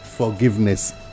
Forgiveness